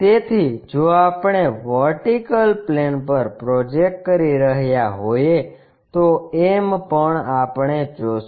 તેથી જો આપણે વર્ટીકલ પ્લેન પર પ્રોજેક્ટ કરી રહ્યા હોઇએ તો m પણ આપણે જોશું